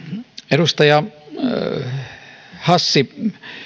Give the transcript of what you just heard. edustaja hassi